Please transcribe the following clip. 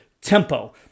Tempo